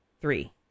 three